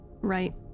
Right